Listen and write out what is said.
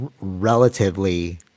relatively